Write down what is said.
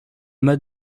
mas